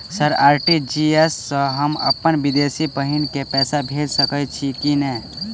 Sir RTGS सँ हम अप्पन विदेशी बहिन केँ पैसा भेजि सकै छियै की नै?